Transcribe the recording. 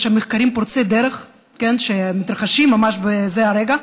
יש שם מחקרים פורצי דרך שמתרחשים ממש בזה הרגע,